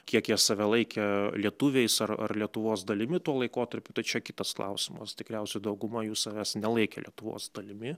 kiek jie save laikė lietuviais ar ar lietuvos dalimi tuo laikotarpiu tai čia kitas klausimas tikriausiai dauguma jų savęs nelaikė lietuvos dalimi